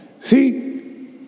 See